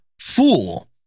Fool